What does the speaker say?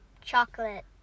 chocolate